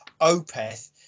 Opeth